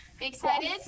excited